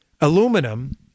aluminum